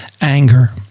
anger